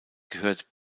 gehört